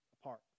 apart